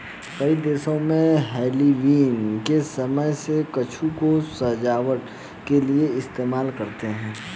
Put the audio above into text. कई देशों में हैलोवीन के समय में कद्दू को सजावट के लिए इस्तेमाल करते हैं